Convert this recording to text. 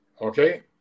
Okay